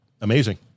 Amazing